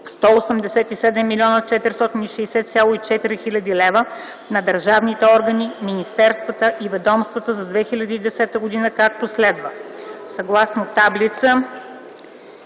187 460,4 хил. лв. на държавните органи, министерствата и ведомствата за 2010 г., както следва: (съгласно таблица